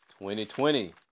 2020